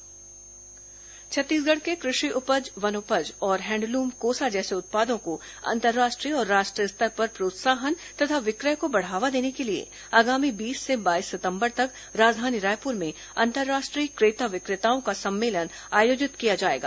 रविन्द्र चौबे पत्रकारवार्ता छत्तीसगढ़ के कृषि उपज वनोपज और हैंडलूम कोसा जैसे उत्पादों को अंतर्राष्ट्रीय और राष्ट्रीय स्तर पर प्रोत्साहन तथा विक्रय को बढ़ावा देने के लिए आगामी बीस से बाईस सितंबर तक राजधानी रायपुर में अंतर्राष्ट्रीय क्रेता विक्रेताओं का सम्मेलन आयोजित किया जाएगा